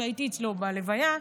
שהייתי אצלו בלוויה,